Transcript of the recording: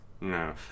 No